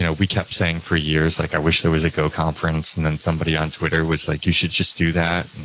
ah we kept saying for years like, i wish there was a go conference. then somebody on twitter was like, you should just do that.